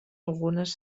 algunes